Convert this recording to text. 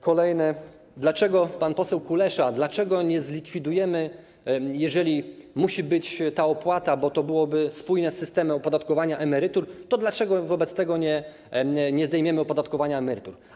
Kolejne pytanie pana posła Kuleszy, dlaczego nie zlikwidujemy - jeżeli musi być ta opłata, bo to byłoby spójne z systemem opodatkowania emerytur - dlaczego wobec tego nie zdejmiemy opodatkowania emerytur.